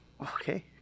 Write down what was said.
Okay